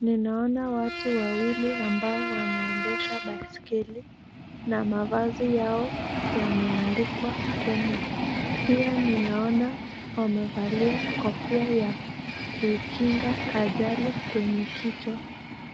Ninaona watu wawili ambao wanaendesha baiskeli na mavazi yao yameandikwa Kenya. Pia ninaona wamevalia kofia ya kukinga ajali kwenye kichwa.